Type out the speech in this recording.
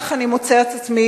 כך אני מוצא את עצמי,